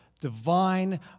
divine